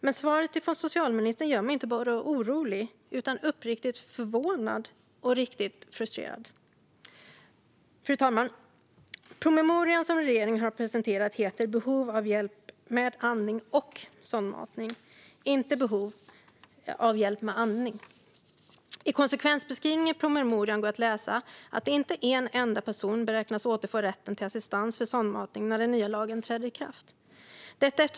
Men svaret från socialministern gör mig inte bara orolig utan uppriktigt förvånad och riktigt frustrerad. Fru talman! Den promemoria som regeringen har presenterat heter Behov av hjälp med andning och sondmatning - inte Behov av hjälp med andning . I konsekvensbeskrivningen i promemorian går att läsa att inte en enda person beräknas återfå rätten till assistans för sondmatning när den nya lagen träder i kraft.